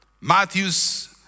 Matthew's